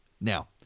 Now